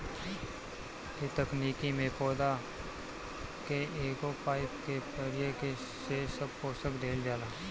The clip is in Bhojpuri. ए तकनीकी में पौधा के एगो पाईप के जरिया से सब पोषक देहल जाला